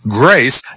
grace